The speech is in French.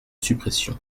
suppression